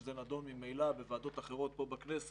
מכיוון שזה נדון ממילא בוועדות אחרות פה בכנסת,